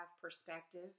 perspective